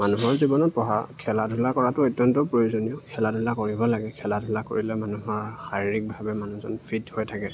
মানুহৰ জীৱনত পঢ়া খেলা ধূলা কৰাটো অত্যন্ত প্ৰয়োজনীয় খেলা ধূলা কৰিব লাগে খেলা ধূলা কৰিলে মানুহৰ শাৰীৰিকভাৱে মানুহজন ফিট হৈ থাকে